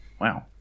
wow